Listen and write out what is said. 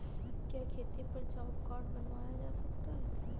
क्या खेती पर जॉब कार्ड बनवाया जा सकता है?